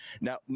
now